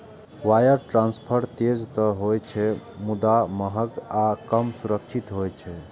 wire transfer तेज तं होइ छै, मुदा महग आ कम सुरक्षित होइ छै